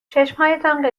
چشمهایتان